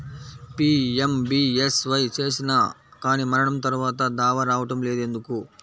PMBSY చేసినా కానీ మరణం తర్వాత దావా రావటం లేదు ఎందుకు?